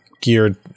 geared